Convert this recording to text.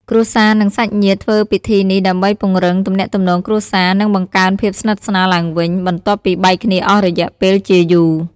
គ្រួសារ និងសាច់ញាតិធ្វើពិធីនេះដើម្បីពង្រឹងទំនាក់ទំនងគ្រួសារ និងបង្កើនភាពស្និទ្ធស្នាលឡើងវិញ បន្ទាប់ពីបែកគ្នាអស់រយៈពេលជាយូរ។